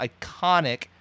iconic